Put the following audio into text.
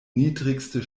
niedrigste